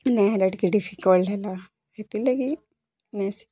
ନାଇଁହେଲା ଟିକେ ଡ଼ିଫିକଲ୍ଟ୍ ହେଲା ହେତିର୍ ଲାଗି ମୁଇଁ ଶିଖି